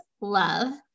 Love